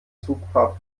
zugfahrt